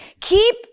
Keep